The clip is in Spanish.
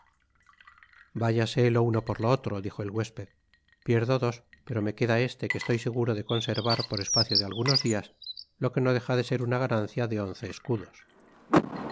vayase lo uno por lo otro dijo el huésped pierdo dos pero me queda este que estoy seguro de conservar por espacio de algunos dias lo que no deja de ser una ganancia de once escudos